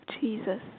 Jesus